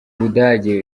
budage